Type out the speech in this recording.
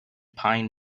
pine